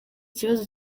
kibazo